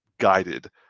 Guided